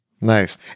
Nice